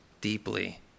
deeply